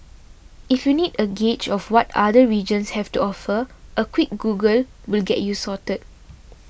if you need a gauge of what other regions have to offer a quick Google will get you sorted